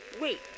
Wait